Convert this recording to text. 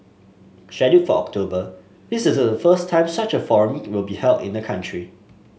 scheduled for October this is the first time such a forum will be held in the country